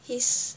he's